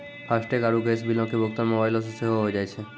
FASTag आरु gas बिलो के भुगतान मोबाइलो से सेहो होय जाय छै